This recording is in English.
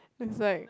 is like